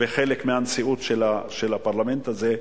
וחלק מהנשיאות של הפרלמנט הזה,